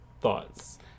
thoughts